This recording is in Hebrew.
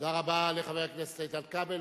תודה רבה לחבר הכנסת איתן כבל.